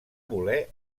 voler